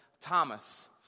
Thomas